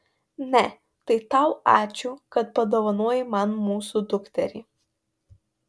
ne tai tau ačiū kad padovanojai man mūsų dukterį